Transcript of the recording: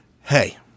hey